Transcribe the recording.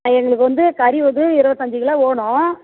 எங்களுக்கு வந்து கறி வந்து இருபத்தி அஞ்சு கிலோ வேணும்